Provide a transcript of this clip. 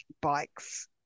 bikes